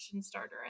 starter